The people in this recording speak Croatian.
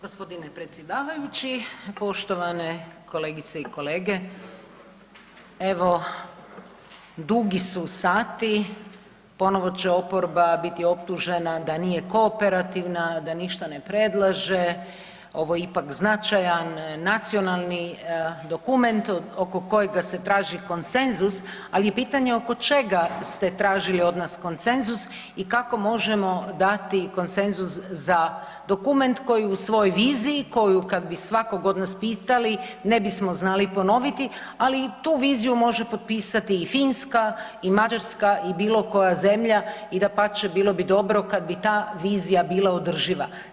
Gospodine predsjedavajući, poštovane kolegice i kolege, evo dugi su sati ponovo će oporba biti optužena da nije kooperativna, da ništa ne predlaže, ovo je ipak značajan nacionalni dokument oko kojega se traži konsenzus ali je pitanje oko čega ste tražili od nas konsenzus i kako možemo dati konsenzus za dokument koji u svojoj viziji koju kad bi svakog od nas pitali ne bismo znali ponoviti, ali tu viziju može potpisati i Finska i Mađarska i bilo koja zemlja i dapače bilo bi dobro kad bi ta vizija bila održiva.